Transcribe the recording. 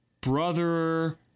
brother